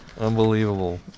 unbelievable